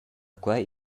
quei